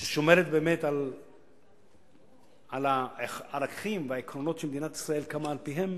ששומרת באמת על הערכים והעקרונות שמדינת ישראל קמה על-פיהם,